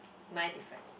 mine different